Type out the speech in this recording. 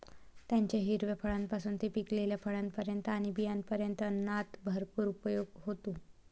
त्याच्या हिरव्या फळांपासून ते पिकलेल्या फळांपर्यंत आणि बियांपर्यंत अन्नात भरपूर उपयोग होतो